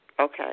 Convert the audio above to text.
Okay